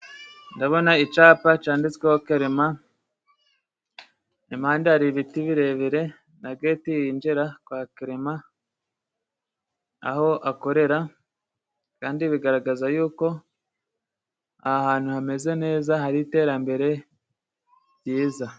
Ndabona icapa canditswe ho Kerema, impande hari ibiti birebire na geti yinjira kwa Kerema aho akorera, kandi bigaragaza yuko aha hantu hameze neza, hari iterambere ryiza.